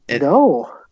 No